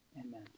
amen